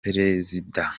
perezida